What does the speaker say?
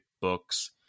books